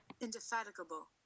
Indefatigable